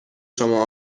شما